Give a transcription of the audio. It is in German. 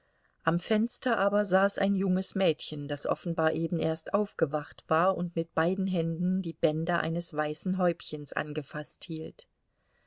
am fenster aber saß ein junges mädchen das offenbar eben erst aufgewacht war und mit beiden händen die bänder eines weißen häubchens angefaßt hielt